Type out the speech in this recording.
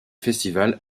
festival